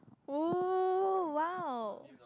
oh !wow!